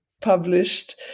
published